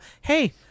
hey